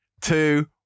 two